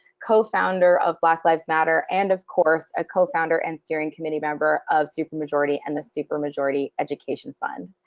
co-founder of black lives matter, and of course, a co-founder and steering committee member of supermajority and the supermajority education fund.